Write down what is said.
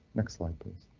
next slide, please.